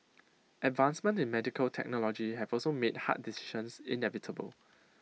advancements in medical technology have also made hard decisions inevitable